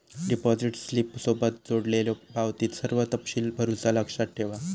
deposit स्लिपसोबत जोडलेल्यो पावतीत सर्व तपशील भरुचा लक्षात ठेवा